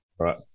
Right